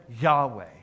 Yahweh